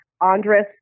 Andres